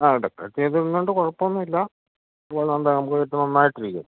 ആ ഡെക്കറേറ്റ് ചെയ്തിടുന്നത് കൊണ്ട് കുഴപ്പമൊന്നുമില്ല അതു നമുക്ക് നന്നായിട്ട് ഇരിക്കും